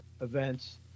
events